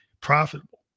profitable